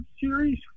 series